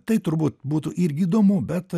tai turbūt būtų irgi įdomu bet